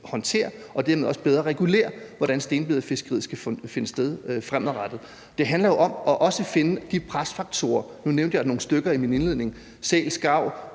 og dermed også bedre regulere, hvordan stenbiderfiskeriet skal finde sted fremadrettet. Det handler jo også om at finde de presfaktorer – nu nævnte jeg nogle stykker i min indledning: sæl, skarv,